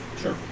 Sure